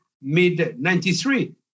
mid-93